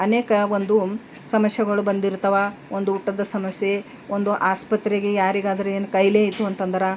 ಅನೇಕ ಒಂದು ಸಮಸ್ಯೆಗಳು ಬಂದಿರ್ತಾವೆ ಒಂದು ಊಟದ ಸಮಸ್ಯೆ ಒಂದು ಆಸ್ಪತ್ರೆಗೆ ಯಾರಿಗಾದ್ರು ಏನು ಕಾಯ್ಲೆ ಇತ್ತು ಅಂತಂದ್ರೆ